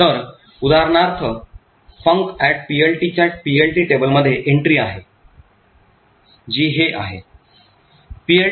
तर उदाहरणार्थ funcPLT च्या PLT टेबलमध्ये एन्ट्री आहे जी हे आहे